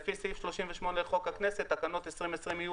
לפי סעיף 38 לחוק הכנסת תקנות 2020 יהיו